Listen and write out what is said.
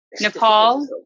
Nepal